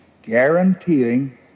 guaranteeing